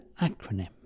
acronym